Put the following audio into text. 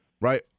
right